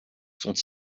sont